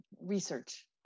Research